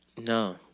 No